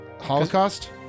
Holocaust